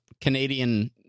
Canadian